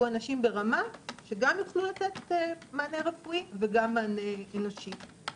אנשים ברמה שגם יוכלו לתת מענה רפואי וגם מענה אנושי.